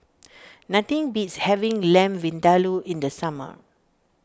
nothing beats having Lamb Vindaloo in the summer